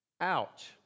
Ouch